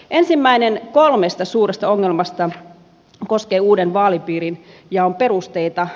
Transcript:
ensimmäinen kolmesta suuresta ongelmasta koskee uuden vaalipiirijaon perusteita